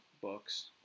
books